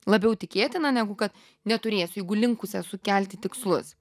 labiau tikėtina negu kad neturėsiu jeigu linkus esu kelti tikslus